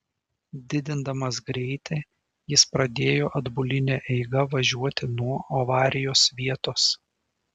didindamas greitį jis pradėjo atbuline eiga važiuoti nuo avarijos vietos